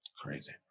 Crazy